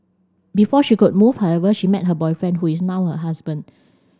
before she could move however she met her boyfriend who is now her husband